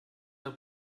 der